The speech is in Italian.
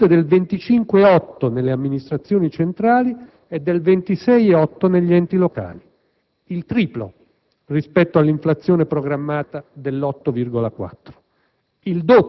con punte del 25,8 nelle amministrazioni centrali e del 26,8 negli enti locali: il triplo rispetto all'inflazione programmata dell'8,4,